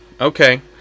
Okay